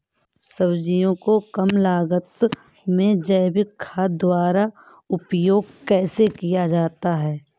सब्जियों को कम लागत में जैविक खाद द्वारा उपयोग कैसे किया जाता है?